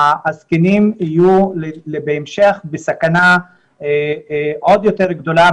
הזקנים יהיו בהמשך בסכנה עוד יותר גדולה,